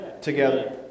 together